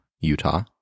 Utah